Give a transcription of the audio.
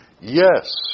yes